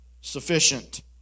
sufficient